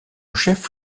chef